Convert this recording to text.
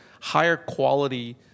higher-quality